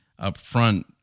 upfront